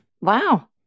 Wow